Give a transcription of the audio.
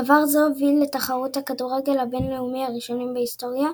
דבר זה הוביל לתחרות הכדורגל הבין-לאומי הראשונה בהיסטוריה,